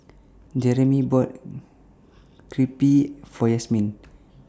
Jeramy bought Crepe For Yasmine